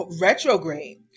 retrograde